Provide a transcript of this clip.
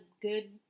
good